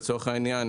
לצורך העניין,